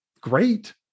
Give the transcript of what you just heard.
great